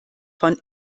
von